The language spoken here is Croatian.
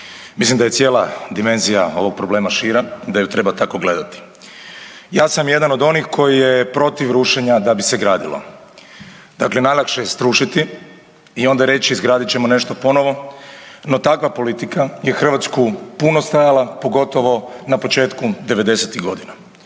Mislim da je cijela dimenzija ovog problema šira i da ju treba tako gledati. Ja sam jedan od onih koji je protiv rušenja da bi se gradilo. Dakle, najlakše je srušiti i onda reći izgradit ćemo nešto ponovno, no takva politika je Hrvatsku puno stajala, pogotovo na početku '90.-tih godina.